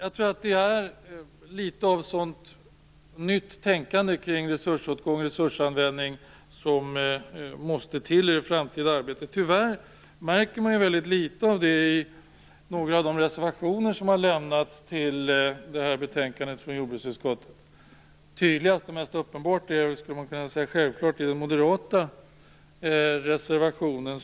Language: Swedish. Jag tror att det är litet av sådant nytt tänkande av resursåtgång och resursanvändning som måste till i det framtida arbete. Tyvärr märks det litet i några av de reservationer som har fogats till betänkandet från jordbruksutskottet. Tydligast och mest uppenbart är, självklart, den moderata reservationen.